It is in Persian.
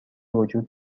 وجود